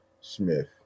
smith